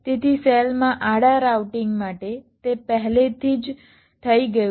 તેથી સેલમાં આડા રાઉટિંગ માટે તે પહેલેથી જ થઈ ગયું છે